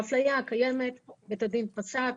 לגבי האפליה הקיימת בית הדין פסק,